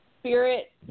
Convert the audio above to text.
Spirit